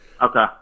Okay